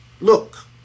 look